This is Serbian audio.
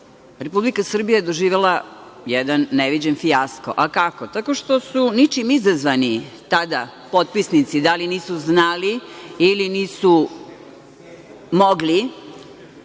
Republika Srbija je doživela jedan neviđen fijasko. Kako? Tako što su ničim izazvani tada potpisnici, da li nisu znali ili nisu mogli,